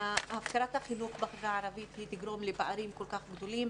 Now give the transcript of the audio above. הפקרת החינוך בחברה הערבית תגרום לפערים כל כך גדולים.